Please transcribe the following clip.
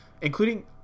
including